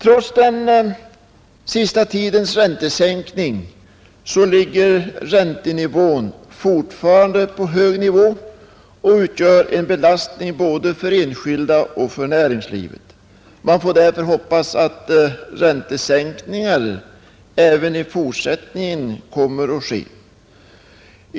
Trots den senaste tidens räntesänkningar är räntenivån fortfarande hög och utgör en belastning både för enskilda och för näringslivet. Man får därför hoppas att räntesänkningar även i fortsättningen kommer att företas.